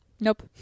nope